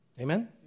Amen